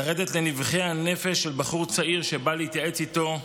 לרדת לנבכי הנפש של בחור צעיר שבא להתייעץ איתו.